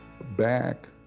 back